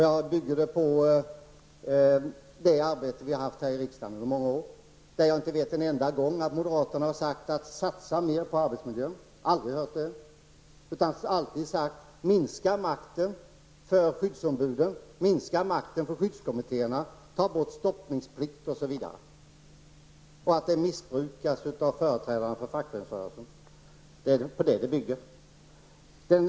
Jag bygger det på det arbete som vi har haft här i riksdagen under många år, där jag inte vet en enda gång då moderaterna skulle ha sagt: Satsa mer på arbetsmiljön. Jag har aldrig hört sådant. I stället har de sagt: Minska makten för skyddsombuden, minska makten för skyddskommittéerna, ta bort stoppningsplikten, den missbrukas av företrädarna för den fackliga rörelsen. Det är alltså detta jag bygger mitt påstående på.